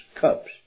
cups